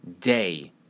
day